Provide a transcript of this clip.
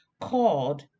called